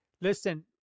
Listen